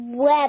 web